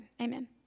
Amen